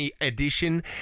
edition